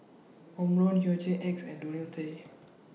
Omron Hygin X and Ionil T